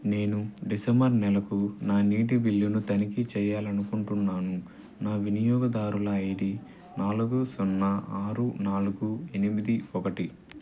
నేను డిసెంబర్ నెలకు నా నీటి బిల్లును తనిఖీ చెయ్యాలనుకుంటున్నాను నా వినియోగదారుల ఐడి నాలుగు సున్నా ఆరు నాలుగు ఎనిమిది ఒకటి